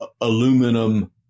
aluminum